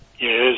Yes